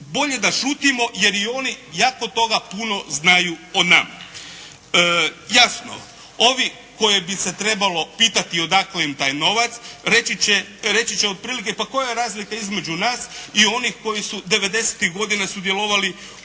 bolje da šutimo jer i oni jako toga puno znaju o nama. Jasno, ovi koje bi se trebalo pitati odakle im taj novac reći će otprilike pa koja je razlika između nas i onih koji su devedesetih godina sudjelovali